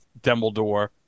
Dumbledore